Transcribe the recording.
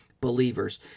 believers